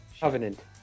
covenant